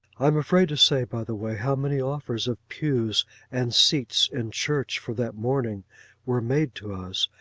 i am afraid to say, by the way, how many offers of pews and seats in church for that morning were made to us,